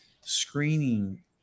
screening